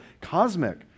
cosmic